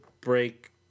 break